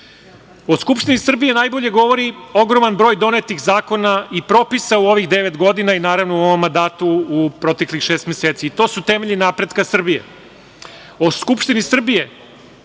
Skupštini Srbije, najbolje govori ogroman broj donetih zakona i propisa u ovih 9 godina i u ovom mandatu, u proteklih 6 meseci. To su temelji napretka Srbije.O